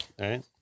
right